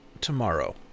tomorrow